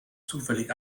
zufällig